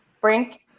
Brink